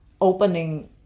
opening